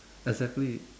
exactly